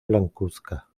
blancuzca